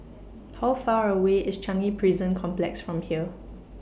How Far away IS Changi Prison Complex from here